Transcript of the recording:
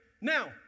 Now